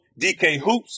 DKHOOPS